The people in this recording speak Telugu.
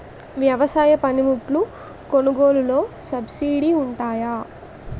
వ్యవసాయ పనిముట్లు కొనుగోలు లొ సబ్సిడీ లు వుంటాయా?